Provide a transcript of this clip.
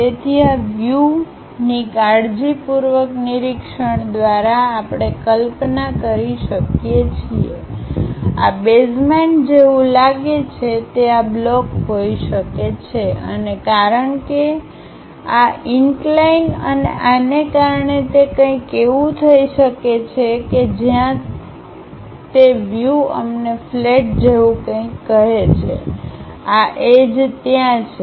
તેથી આ વ્યૂ ની કાળજીપૂર્વક નિરીક્ષણ દ્વારા આપણે કલ્પના કરી શકીએ છીએ કે આ બેઝમેન્ટ જેવું લાગે છે તે આ બ્લોક હોઈ શકે છે અને કારણ કે આ ઈન્કલાઈન અને આને કારણે તે કંઈક એવું થઈ શકે છે જ્યાં તે વ્યૂ અમને ફ્લેટ જેવું કંઈક કહે છે આ એજત્યાં છે